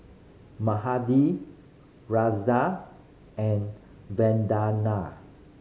Mahade Razia and Vandana